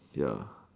ya